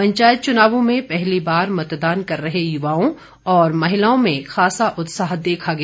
पंचायत चुनावों में पहली बार मतदान कर रहे युवाओं और महिलाओं में खासा उत्साह देखा गया